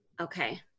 Okay